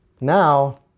Now